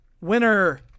winner